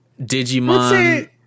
digimon